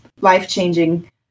life-changing